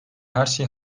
herşey